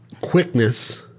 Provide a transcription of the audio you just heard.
quickness